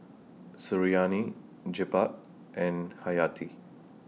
Suriani Jebat and Hayati